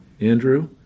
Andrew